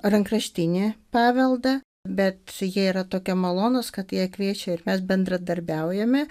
rankraštinį paveldą bet jie yra tokie malonūs kad jie kviečia ir mes bendradarbiaujame